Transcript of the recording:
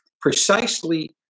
precisely